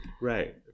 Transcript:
Right